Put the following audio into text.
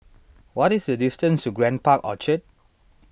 what is the distance to Grand Park Orchard